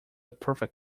perfect